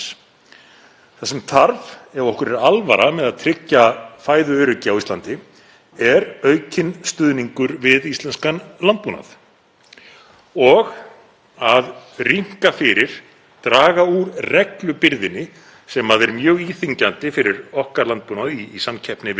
og að rýmka fyrir, draga úr reglubyrðinni sem er mjög íþyngjandi fyrir landbúnað okkar í samkeppni við landbúnað annars staðar. Án raunverulegra aðgerða og raunverulegs stuðnings munum við ekki tryggja raunverulegt fæðuöryggi.